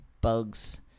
bugs